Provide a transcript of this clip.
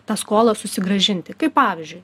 tą skolą susigrąžinti kaip pavyzdžiui